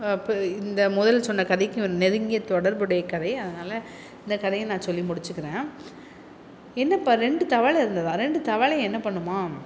ப இந்த முதல் சொன்ன கதைக்கு வ நெருங்கிய தொடர்புடைய கதை அதனால் இந்த கதையை நான் சொல்லி முடிச்சிக்கிறேன் என்ன பா ரெண்டு தவளை இருந்ததா ரெண்டு தவளை என்ன பண்ணுமா